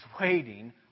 waiting